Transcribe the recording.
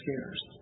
scares